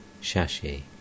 Shashi